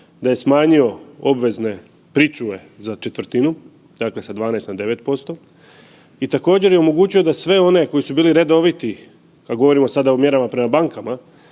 da je smanjio obvezne pričuve za četvrtinu, dakle sa 12 na 9% i također je omogućio da sve one koji su bili redoviti, a govorimo sada o mjerama prema bankama,